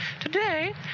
Today